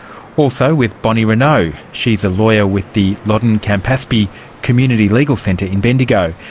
also with bonnie renou, she's a lawyer with the loddon campaspe community legal centre in bendigo.